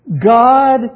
God